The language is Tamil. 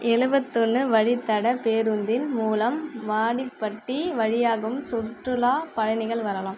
எழுவத்தொன்னு வழித் தடப் பேருந்தின் மூலம் வாடிப்பட்டி வழியாகவும் சுற்றுலாப் பயணிகள் வரலாம்